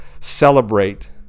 celebrate